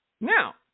Now